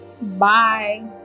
Bye